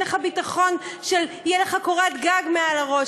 אין לך ביטחון אם תהיה לך קורת גג מעל לראש,